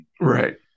right